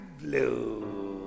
Blue